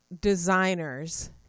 designers